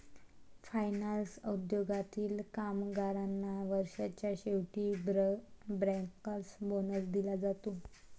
finance उद्योगातील कामगारांना वर्षाच्या शेवटी बँकर्स बोनस दिला जाते